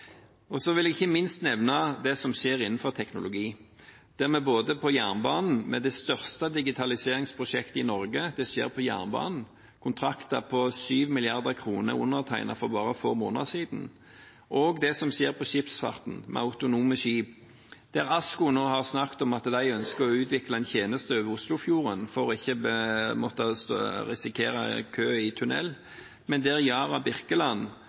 o.l. Så vil jeg ikke minst nevne det som skjer innenfor teknologi. Det største digitaliseringsprosjektet i Norge skjer på jernbanen. Kontrakter på 7 mrd. kr er undertegnet for bare få måneder siden. Også det som skjer i skipsfarten med autonome skip – der ASKO nå har snakket om at de ønsker å utvikle en tjeneste over Oslofjorden for ikke å måtte risikere kø i tunnel, og det samarbeides mellom Yara og Kongsberg Gruppen om skipet «Yara Birkeland»